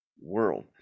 world